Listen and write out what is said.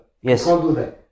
Yes